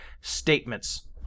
statements